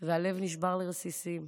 והלב נשבר לרסיסים.